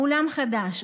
עולם חדש,